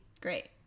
Great